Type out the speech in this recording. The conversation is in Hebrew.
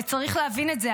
וצריך להבין את זה,